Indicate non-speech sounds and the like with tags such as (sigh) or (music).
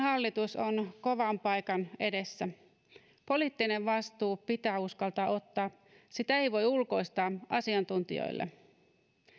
(unintelligible) hallitus on kovan paikan edessä poliittinen vastuu pitää uskaltaa ottaa sitä ei voi ulkoistaa asiantuntijoille